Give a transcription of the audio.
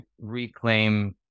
reclaim